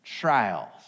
trials